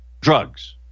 drugs